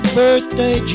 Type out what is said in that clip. birthday